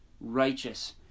righteous